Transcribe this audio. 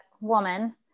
woman